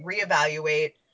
reevaluate